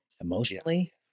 emotionally